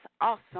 awesome